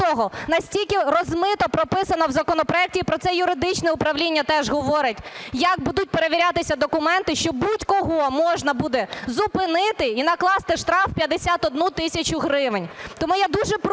настільки розмито прописано в законопроекті, і про це юридичне управління теж говорить, як будуть перевірятися документи. Що будь-кого можна буде зупинити і накласти штраф у 51 тисячу гривень. Тому я дуже прошу,